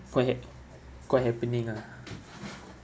quite hap~ quite happening ah